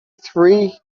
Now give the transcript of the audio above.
three